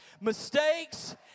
mistakes